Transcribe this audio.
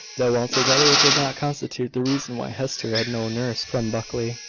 though altogether it did not constitute the reason why hester had no nurse from buckley.